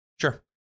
Sure